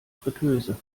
friteuse